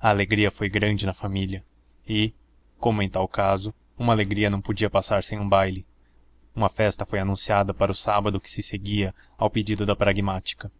a alegria foi grande na família e como em tal caso uma alegria não podia passar sem baile uma festa foi anunciada para o sábado que se seguia ao pedido da pragmática